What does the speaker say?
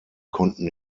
konnten